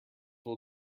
will